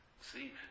See